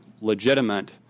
legitimate